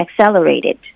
accelerated